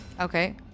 Okay